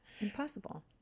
Impossible